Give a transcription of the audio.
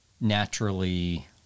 naturally